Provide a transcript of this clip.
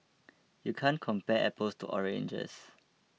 you can't compare apples to oranges